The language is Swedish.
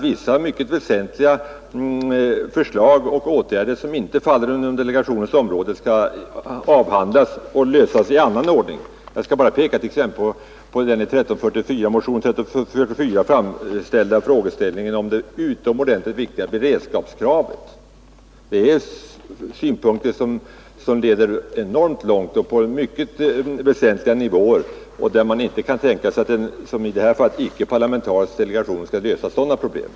Vissa mycket väsentliga förslag och åtgärder som inte faller under delegationens område skall avhandlas och lösas i annan ordning. Jag skall bara peka på det i motionen 1344 framställda utomordentligt viktiga beredskapskravet. Det är synpunkter som leder enormt långt och rör mycket väsentliga nivåer, och man kan inte tänka sig att som i det här fallet en icke-parlamentarisk delegation skall lösa sådana problem.